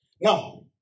Now